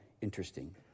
interesting